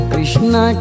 Krishna